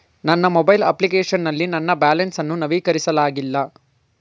ನನ್ನ mobile application ನಲ್ಲಿ ನನ್ನ ಬ್ಯಾಲೆನ್ಸ್ ಅನ್ನು ನವೀಕರಿಸಲಾಗಿಲ್ಲ